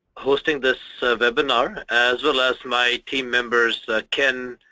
hosting this webinar, as well as my team members, ken,